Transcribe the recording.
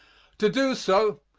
to do so,